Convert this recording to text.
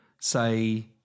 say